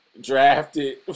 drafted